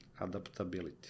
Adaptability